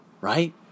Right